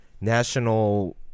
national